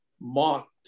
mocked